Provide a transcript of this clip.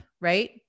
Right